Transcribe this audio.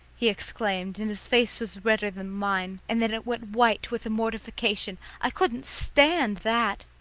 he exclaimed, and his face was redder than mine, and then it went white with mortification. i couldn't stand that.